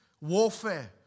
warfare